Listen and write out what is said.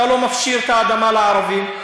אתה לא מפשיר את האדמה לערבים.